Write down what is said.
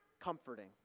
comforting